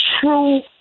true